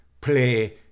play